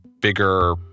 bigger